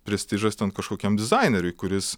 prestižas ten kažkokiam dizaineriui kuris